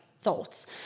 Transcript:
thoughts